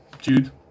Jude